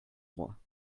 roi